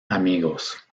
amigos